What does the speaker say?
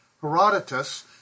Herodotus